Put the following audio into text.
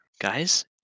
guys